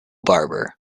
barber